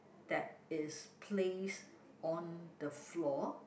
that is placed on the floor